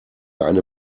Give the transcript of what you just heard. eine